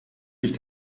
sich